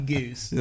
Goose